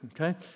Okay